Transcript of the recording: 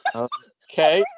okay